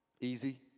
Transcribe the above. Easy